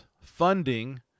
funding